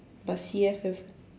plus he have have